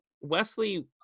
Wesley